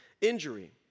injury